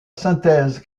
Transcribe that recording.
synthèse